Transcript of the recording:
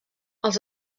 els